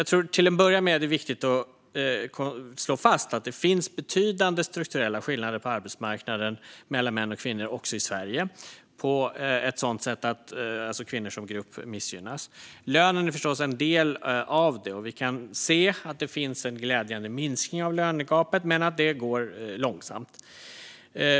Till en början är det viktigt att slå fast att det finns betydande strukturella skillnader på arbetsmarknaden mellan män och kvinnor också i Sverige, på ett sådant sätt att kvinnor som grupp missgynnas. Lönen är förstås en del av detta. Vi kan se att det finns en glädjande minskning av lönegapet men att det går långsamt.